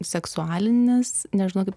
seksualinis nežinau kaip